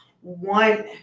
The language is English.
one